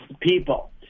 people